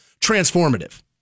transformative